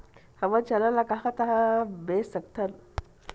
हमन चना ल कहां कहा बेच सकथन?